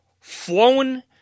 flown